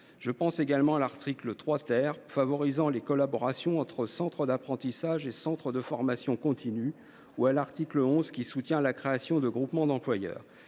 Je pense également à l’article 3 , favorisant les collaborations entre centres d’apprentissage et centres de formation continue, ou à l’article 11, qui soutient la création de groupements d’employeurs.